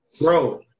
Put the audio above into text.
Bro